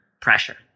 pressure